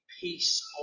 piece